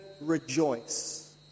rejoice